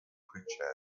creature